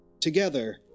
Together